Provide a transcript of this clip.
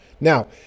Now